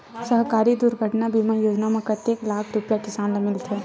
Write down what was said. सहकारी दुर्घटना बीमा योजना म कतेक लाख रुपिया किसान ल मिलथे?